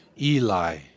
Eli